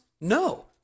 No